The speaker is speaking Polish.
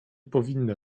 powinna